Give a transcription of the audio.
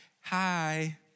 Hi